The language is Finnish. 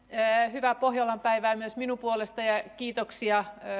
hyvää pohjolan päivää myös minun puolestani ja kiitoksia